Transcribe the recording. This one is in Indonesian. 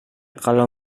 kalau